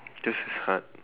this is hard